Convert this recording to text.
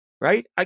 right